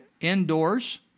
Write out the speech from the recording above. indoors